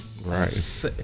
Right